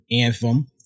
Anthem